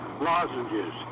lozenges